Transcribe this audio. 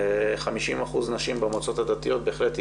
50% נשים במועצות הדתיות בהחלט יהיה